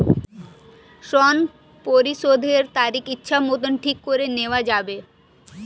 ঋণ পরিশোধের তারিখ ইচ্ছামত ঠিক করে নেওয়া যাবে?